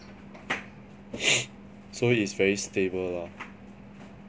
so is very stable lah